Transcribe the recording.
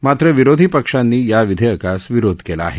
मात्र विरोधी पक्षांनी या विधेयकास विरोध केला आहे